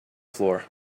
floor